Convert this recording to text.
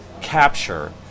capture